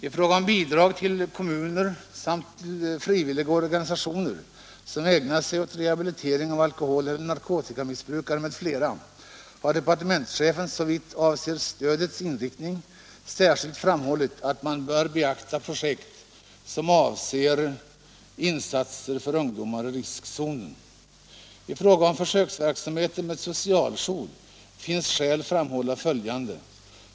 I fråga om bidrag till kommuner samt frivilliga organisationer som ägnar sig åt rehabilitering av alkoholeller narkotikamissbrukare m.fl. har departementschefen, såvitt avser stödets inriktning, särskilt framhållit att man bör beakta projekt som avser insatser för ungdomar i riskzonen. I fråga om försöksverksamheten med social jour finns skäl framhålla följande.